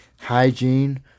hygiene